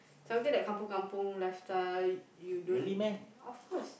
something like kampung kampung lifestyle you don't of course